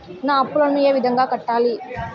నా అప్పులను ఏ విధంగా కట్టాలి?